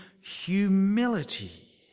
humility